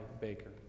Baker